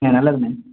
ஆ நல்லதுண்ணே